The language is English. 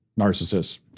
narcissists